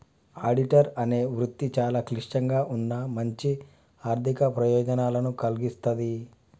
auditor అనే వృత్తి చాలా క్లిష్టంగా ఉన్నా మంచి ఆర్ధిక ప్రయోజనాలను కల్గిస్తాది